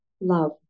love